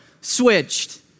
switched